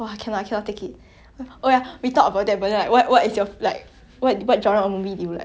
do you have that specific genre that you like